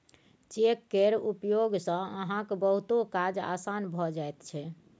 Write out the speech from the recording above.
cheque केर उपयोग सँ अहाँक बहुतो काज आसान भए जाइत छै